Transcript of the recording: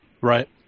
Right